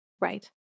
Right